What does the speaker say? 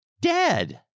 dead